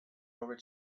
over